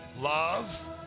love